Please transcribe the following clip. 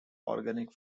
organic